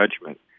judgment